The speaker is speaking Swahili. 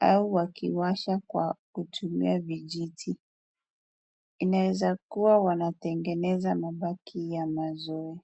au wakiwasha kwa kutumia vijiti. Inaweza kuwa wanatengeneza mabaki ya moto huo.